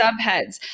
subheads